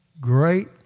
Great